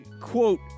quote